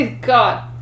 God